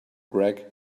greg